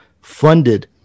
funded